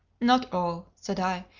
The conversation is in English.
not all, said i,